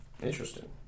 Interesting